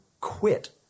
quit